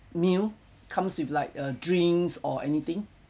meal comes with like a drink or anything